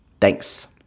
Thanks